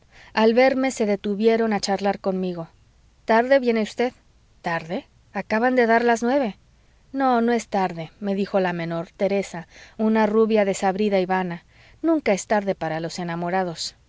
al verme se detuvieron a charlar conmigo tarde viene usted tarde acaban de dar las nueve no no es tarde me dijo la menor teresa una rubia desabrida y vana nunca es tarde para los enamorados